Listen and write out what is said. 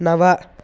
नव